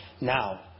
now